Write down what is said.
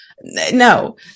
no